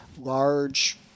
large